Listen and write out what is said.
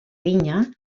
vinya